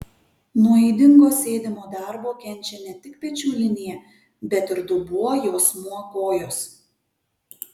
nuo ydingo sėdimo darbo kenčia ne tik pečių linija bet ir dubuo juosmuo kojos